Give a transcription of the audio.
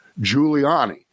Giuliani